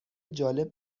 جالب